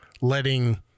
letting